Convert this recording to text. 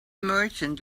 merchant